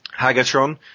Hagatron